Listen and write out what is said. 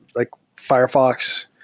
like firefox.